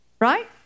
Right